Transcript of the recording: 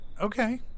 Okay